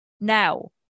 Now